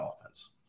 offense